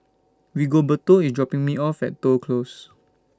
Rigoberto IS dropping Me off At Toh Close